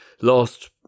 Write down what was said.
lost